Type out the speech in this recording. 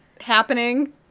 happening